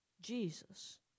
Jesus